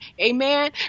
Amen